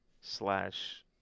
slash